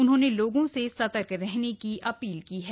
उन्होंने लोगों से सर्तक रहने की अपील की है